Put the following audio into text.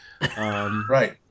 Right